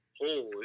Holy